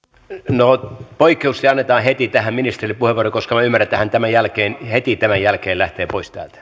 no poikkeuksellisesti annetaan heti tähän ministerille puheenvuoro koska minä ymmärrän että hän heti tämän jälkeen lähtee pois täältä